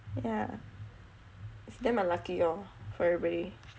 yah it's damn unlucky lor for everybody